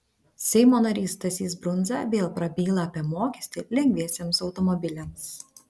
seimo narys stasys brundza vėl prabyla apie mokestį lengviesiems automobiliams